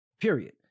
Period